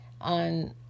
on